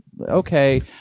okay